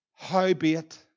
Howbeit